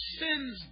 sins